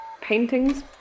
paintings